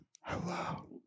hello